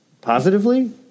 positively